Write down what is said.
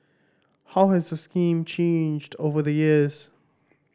how has the scheme changed over the years